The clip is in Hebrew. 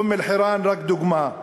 אום-אלחיראן רק דוגמה.